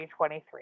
2023